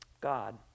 God